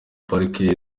park